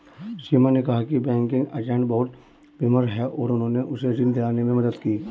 सीमा ने कहा कि बैंकिंग एजेंट बहुत विनम्र हैं और उन्होंने उसे ऋण दिलाने में मदद की